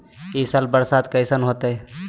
ई साल बरसात कैसन होतय?